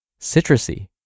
citrusy